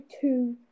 two